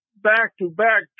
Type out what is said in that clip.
back-to-back